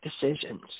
decisions